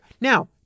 Now